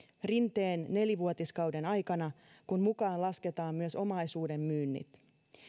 rinteen nelivuotiskauden aikana kun mukaan lasketaan myös omaisuuden myynnit